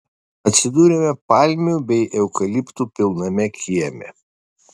atsidūrėme palmių bei eukaliptų pilname kieme